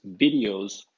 videos